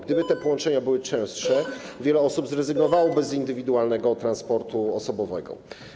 Gdyby te połączenia były częstsze, wiele osób zrezygnowałoby z indywidualnego transportu osobowego.